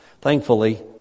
Thankfully